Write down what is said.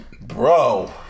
bro